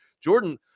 jordan